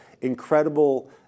incredible